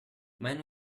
men